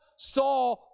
saw